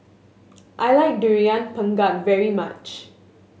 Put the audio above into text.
I like Durian Pengat very much